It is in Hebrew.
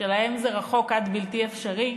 שלהן זה רחוק עד בלתי אפשרי,